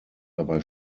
dabei